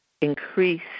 increase